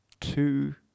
two